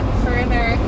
further